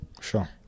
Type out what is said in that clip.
sure